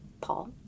Paul